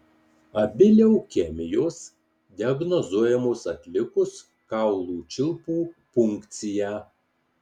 abi leukemijos diagnozuojamos atlikus kaulų čiulpų punkciją